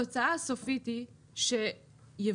התוצאה הסופית היא שיבואן,